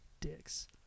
dicks